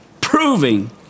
proving